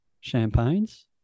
champagnes